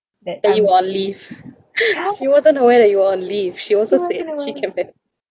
then you on leave she wasn't aware that you were on leave she also said she came back